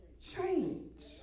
Change